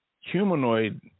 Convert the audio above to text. humanoid